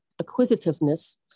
acquisitiveness